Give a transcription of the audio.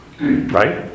Right